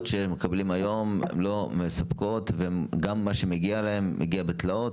שמקבלים היום אינן מספקות וגם מה שמגיע מגיע בתלאות?